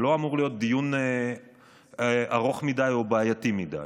זה לא אמור להיות דיון ארוך מדי או בעייתי מדי,